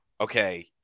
okay